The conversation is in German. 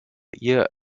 ihr